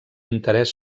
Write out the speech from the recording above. interès